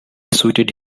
suited